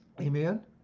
Amen